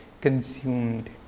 consumed